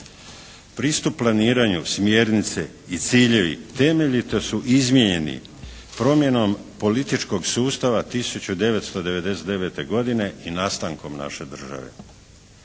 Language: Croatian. Pristup planiranju, smjernice i ciljevi temeljito su izmijenjeni promjenom političkog sustava 1999. godine i nastankom naše države.